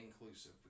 inclusive